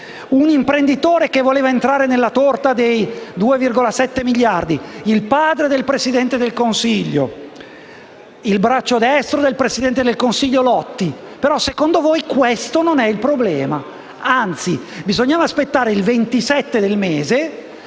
un imprenditore che voleva entrare nella torta di 2,7 miliardi; il padre dell'ex Presidente del Consiglio; il braccio destro dell'ex Presidente del Consiglio (Lotti). Secondo voi, però, questo non è il problema. Anzi, bisognava aspettare il 27 del mese